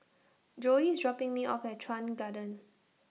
Joey IS dropping Me off At Chuan Garden